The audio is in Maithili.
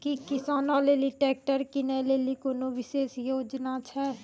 कि किसानो लेली ट्रैक्टर किनै लेली कोनो विशेष योजना छै?